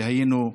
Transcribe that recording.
שהיינו,